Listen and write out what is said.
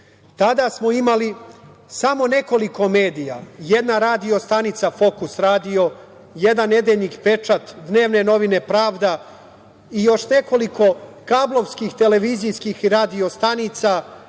Tada smo imali samo nekoliko medija, jedna radio stanica, „Fokus“ radio, jedan nedeljnik „Pečat“, dnevne novine „Pravda“ i još nekoliko kablovskih televizijskih i radio stanica,